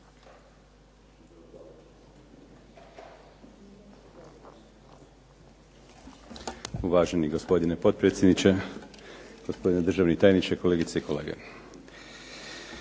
Uvaženi gospodine potpredsjedniče, gospodine državni tajniče, kolegice i kolege.